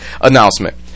announcement